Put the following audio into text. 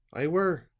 i were,